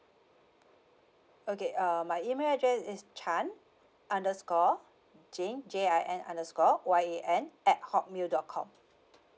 okay uh my email address is chan underscore jin J I N underscore Y A N at hotmail dot com